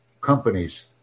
companies